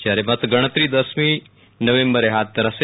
જ્યારે મત ગણતરી દસમી નવેમ્બરે હાથ ધરાશે